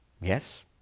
Yes